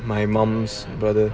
my mum's brother